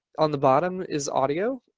on the bottom is audio.